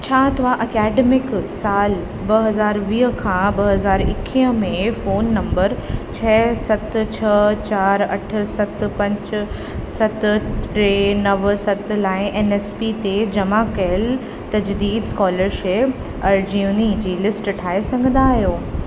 छा तव्हां ऐकडेमिक साल ॿ हज़ार वीह खां ॿ हज़ार एकवीह में फोन नंबर छह सत छ्ह चारि अठ सत पंज सत टे नव सत लाइ एन एस पी ते जमा कयल तज़दीद स्कोलरशिप अर्जियुनि जी लिस्ट ठाहे सघंदा आहियो